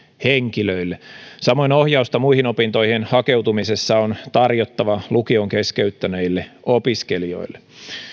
henkilöille samoin ohjausta muihin opintoihin hakeutumisessa on tarjottava lukion keskeyttäneille opiskelijoille